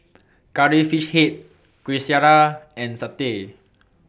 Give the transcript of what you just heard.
Curry Fish Head Kueh Syara and Satay